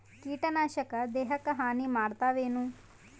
ಕೀಟನಾಶಕ ದೇಹಕ್ಕ ಹಾನಿ ಮಾಡತವೇನು?